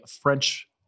French